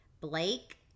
Blake